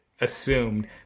assumed